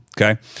Okay